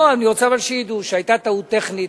לא, אבל אני רוצה שידעו שהיתה טעות טכנית.